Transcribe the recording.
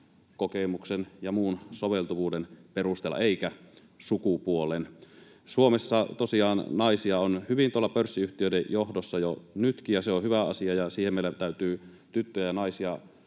kokemuksen ja muun soveltuvuuden perusteella eikä sukupuolen. Suomessa tosiaan naisia on hyvin tuolla pörssiyhtiöiden johdossa jo nytkin, ja se on hyvä asia, ja siihen meidän täytyy tyttöjä ja naisia